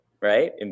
right